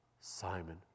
Simon